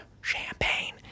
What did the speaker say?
champagne